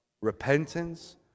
repentance